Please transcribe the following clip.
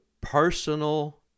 personal